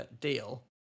deal